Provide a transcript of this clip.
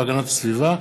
התרבות והספורט,